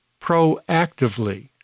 proactively